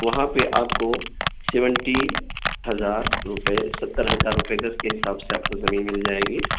وہاں پہ آپ کو سیونٹی ہزار روپئے ستر ہزار روپئے گز کے حساب سے آپ کو زمین مل جائے گی